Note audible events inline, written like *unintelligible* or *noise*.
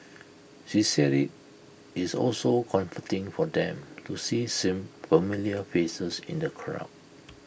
she said IT is also comforting for them to see *unintelligible* familiar faces in the crowd